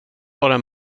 har